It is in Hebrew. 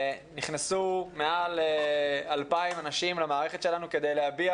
נכנסו מעל 2,000 אנשים למערכת שלנו כדי להביע